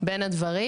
בין הדברים.